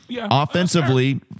offensively